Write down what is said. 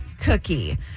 cookie